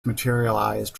materialized